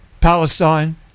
Palestine